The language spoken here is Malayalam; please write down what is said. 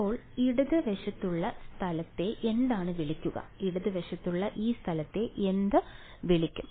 അപ്പോൾ ഇടത് വശത്തുള്ള സ്ഥലത്തെ എന്താണ് വിളിക്കുക ഇടതുവശത്തുള്ള ഈ സ്ഥലത്തെ എന്ത് വിളിക്കും